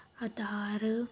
Aadhaar